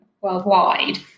worldwide